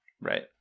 right